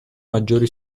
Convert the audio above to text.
maggiori